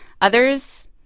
Others